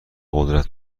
قدرت